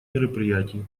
мероприятий